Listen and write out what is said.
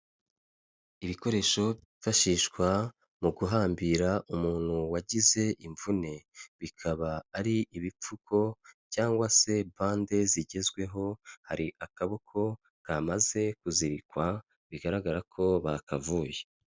Ibikoresho byifashishwa mu guhambira umuntu wagize imvune, bikaba ari ibipfuko cyangwa se bande zigezweho, hari akaboko kamaze kuzirikwa bigaragara ko bakavuye.